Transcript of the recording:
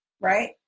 Right